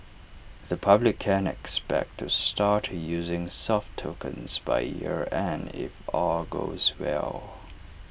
the public can expect to start using soft tokens by year end if all goes well